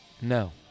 No